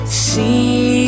see